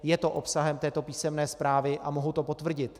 Je to obsahem této písemné zprávy a mohu to potvrdit.